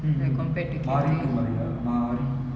mm maari two maari ah maari